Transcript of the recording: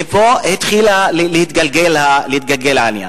מפה התחיל להתגלגל העניין.